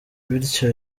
bityo